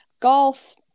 golf